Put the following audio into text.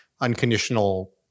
unconditional